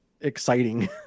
exciting